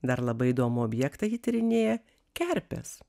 dar labai įdomų objektą ji tyrinėja kerpes